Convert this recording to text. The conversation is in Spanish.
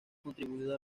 contribuido